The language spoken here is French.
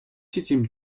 septième